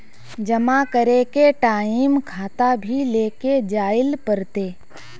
जमा करे के टाइम खाता भी लेके जाइल पड़ते?